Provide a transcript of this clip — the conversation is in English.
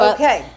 Okay